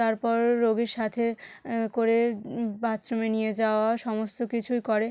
তারপর রোগীর সাথে করে বাথরুমে নিয়ে যাওয়া সমস্ত কিছুই করে